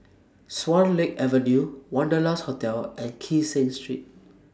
Swan Lake Avenue Wanderlust Hotel and Kee Seng Street